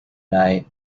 night